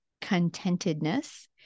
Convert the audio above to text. contentedness